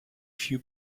few